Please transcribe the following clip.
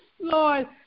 Lord